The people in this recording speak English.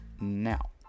now